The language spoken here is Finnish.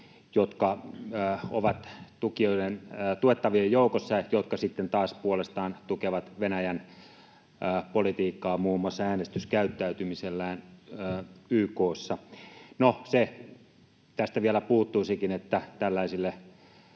jotka ovat tuettavien joukossa, jotka sitten taas puolestaan tukevat Venäjän politiikkaa muun muassa äänestyskäyttäytymisellään YK:ssa. No, se tästä vielä puuttuisikin, että tällaisille